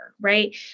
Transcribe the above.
right